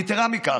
יתרה מזו,